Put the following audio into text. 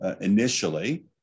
initially